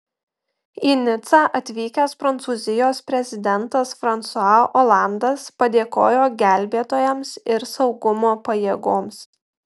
į nicą atvykęs prancūzijos prezidentas fransua olandas padėkojo gelbėtojams ir saugumo pajėgoms